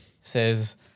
says